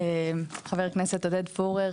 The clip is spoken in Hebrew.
חבר כנסת עודד פורר,